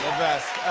best.